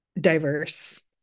diverse